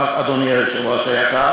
אדוני היושב-ראש היקר?